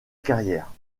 carrière